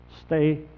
stay